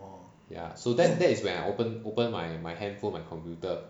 ya so that that is when I open open my my handphone my computer